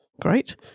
Great